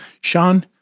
Sean